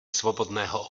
svobodného